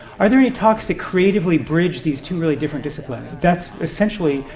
are there any talks that creatively bridge these two really different disciplines. and that's essentially,